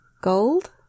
Gold